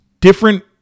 different